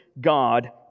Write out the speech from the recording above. God